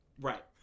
Right